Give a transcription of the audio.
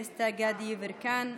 דסטה גדי יברקן,